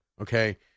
Okay